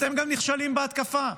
אתם גם נכשלים בהתקפה.